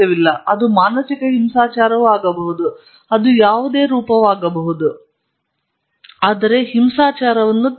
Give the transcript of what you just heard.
ಇದು ಮಾನಸಿಕ ಹಿಂಸಾಚಾರವಾಗಬಹುದು ಅದು ಯಾವುದೇ ರೂಪವಾಗಬಹುದು ಆದರೆ ಅದು ಯಾವಾಗ ಹಿಂಸಾಚಾರವೆಂದು ನಿಮಗೆ ತಿಳಿದಿದೆ